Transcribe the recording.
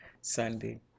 Sunday